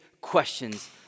questions